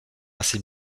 assez